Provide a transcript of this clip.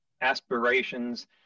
aspirations